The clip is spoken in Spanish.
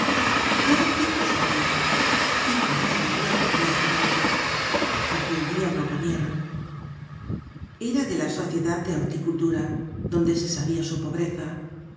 debo cinco sueldos dijo muy alegre á la tia plutarco aquel dia no comieron era de la sociedad de horticultura donde se sabia su pobreza